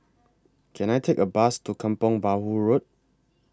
Can I Take A Bus to Kampong Bahru Road